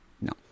No